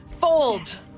Fold